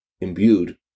imbued